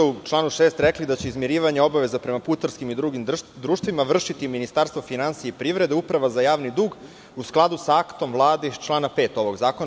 Vi ste u članu 6. rekli da će izmirivanje obaveza prema putarskim i drugim društvima vršiti Ministarstvo finansija i privrede, Uprava za javni dug, u skladu sa aktom Vlade iz člana 5. ovog zakona.